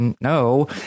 no